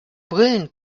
brillen